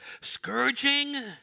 Scourging